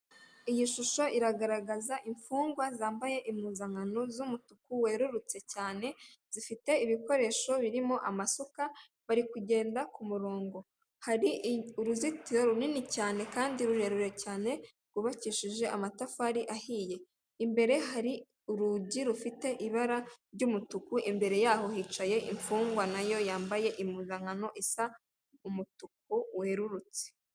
Iyi shusho iragaragaza imfungwa zambaye impuzankano z'umutuku werurutse cyane, zifite ibikoresho birimo amasuka, bari kugenda k'umurongo. Hari uruzitiro runini cyane kandi rurerure cyane, rwubakishije amatafari ahiye. Imbere hari urugi rufite ibara ry'umutuku imbere yaho hicaye imfungwa nayo yambaye impuzankano isa umutuku werurutse.